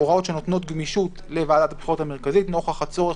הוראות שנותנות גמישות לוועדת הבחירות המרכזית נוכח הצורך